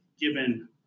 given